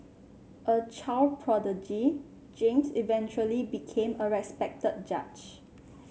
a child prodigy James eventually became a respected judge